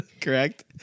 correct